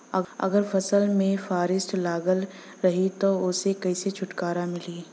अगर फसल में फारेस्ट लगल रही त ओस कइसे छूटकारा मिली?